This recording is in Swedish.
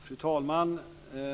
Fru talman!